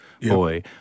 boy